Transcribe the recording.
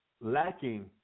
lacking